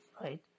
right